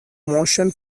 motion